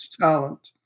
Talent